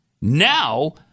Now